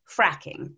fracking